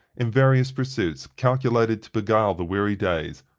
in various pursuits calculated to beguile the weary days,